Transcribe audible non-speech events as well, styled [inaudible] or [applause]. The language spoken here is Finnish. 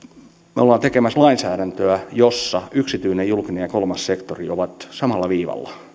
me olemme tekemässä lainsäädäntöä jossa yksityinen julkinen ja kolmas sektori ovat samalla viivalla [unintelligible]